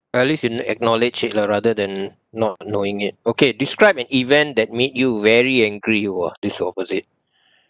at least you acknowledge it lah rather than not knowing it okay describe an event that made you very angry !wah! this is opposite